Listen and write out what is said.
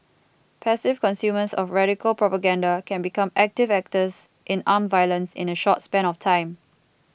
passive consumers of radical propaganda can become active actors in armed violence in a short span of time